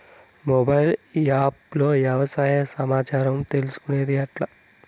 Mobile app లో వ్యవసాయ సమాచారం తీసుకొనేది ఎట్లా?